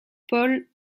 paul